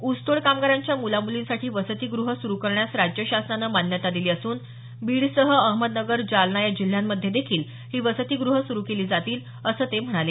ऊसतोड कामगारांच्या मुला मूलींसाठी वसतीगृहं सुरू करण्यास राज्य शासनानं मान्यता दिली असून बीडसह अहमदनगर जालना या जिल्ह्यांमध्ये देखील ही वसतिग्रहे सुरू केली जातील असं ते म्हणाले